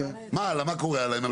וועדה מקומית לא